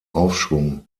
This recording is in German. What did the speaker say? aufschwung